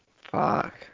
fuck